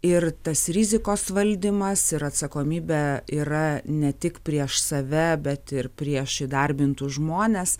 ir tas rizikos valdymas ir atsakomybė yra ne tik prieš save bet ir prieš įdarbintus žmones